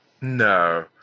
No